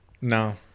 No